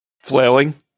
Flailing